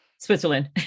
Switzerland